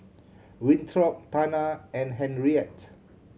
Winthrop Tana and Henriette